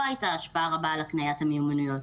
הייתה השפעה רבה על הקניית המיומנויות.